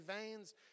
veins